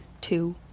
Two